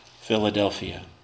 Philadelphia